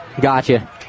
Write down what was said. Gotcha